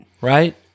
right